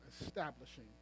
establishing